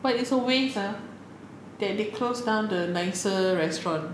but it's a waste ah that they closed down the nicer restaurants